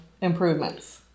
improvements